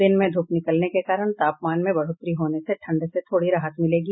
दिन में धूप निकलने के कारण तापमान में बढ़ोतरी होने से ठंड से थोड़ी राहत मिलेगी